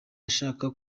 ashaka